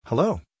Hello